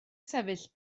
sefyll